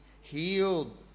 healed